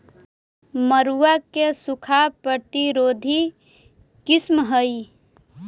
मड़ुआ के सूखा प्रतिरोधी किस्म हई?